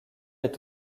est